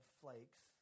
flakes